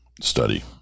study